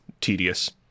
tedious